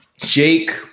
Jake